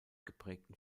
geprägten